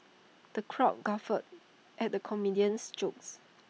the crowd guffawed at the comedian's jokes